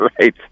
Right